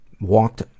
walked